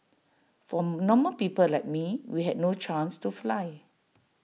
for normal people like me we had no chance to fly